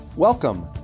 Welcome